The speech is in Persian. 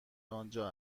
آنجا